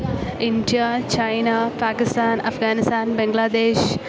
India China Pakistan Afghanistan Bangladesh